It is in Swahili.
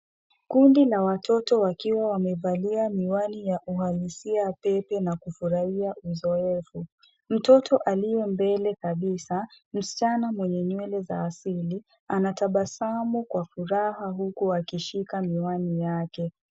Kundi la watoto wakiwa wamevalia miwani ya uhalisia pepe na kufurahia uzoefu. Mtoto aliye mbele kabisa, msichana mwenye nywele za asili anatabasamu kwa furaha huku akishika miwani yake.